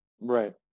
right